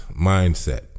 mindset